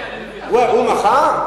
הוא מחה?